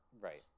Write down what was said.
Right